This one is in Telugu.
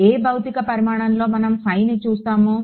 ఏ భౌతిక పరిమాణంలో మనం ఫైని చూస్తాము